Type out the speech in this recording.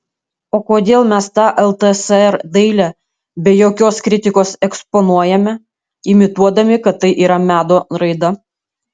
o kodėl mes tą ltsr dailę be jokios kritikos eksponuojame imituodami kad tai yra meno raida